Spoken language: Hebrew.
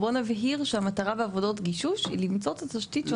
בוא נבהיר שהמטרה בעבודות גישוש היא למצוא את התשתית שאותה חיפשנו.